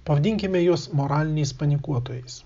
pavadinkime juos moraliniais panikuotojais